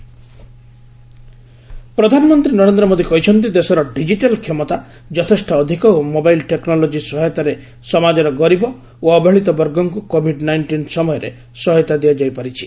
PM ପ୍ରଧାନମନ୍ତ୍ରୀ ନରେନ୍ଦ୍ର ମୋଦୀ କହିଛନ୍ତି ଦେଶର ଡିଜିଟାଲ୍ କ୍ଷମତା ଯଥେଷ୍ଟ ଅଧିକ ଓ ମୋବାଇଲ୍ ଟେକ୍ରୋଲୋଜି ସହାୟତାରେ ସମାଜର ଗରିବ ଓ ଅବହେଳିତ ବର୍ଗଙ୍କୁ କୋବିଡ୍ ନାଇଷ୍ଟିନ୍ ସମୟରେ ସହାୟତା ଦିଆଯାଇ ପାରିଛି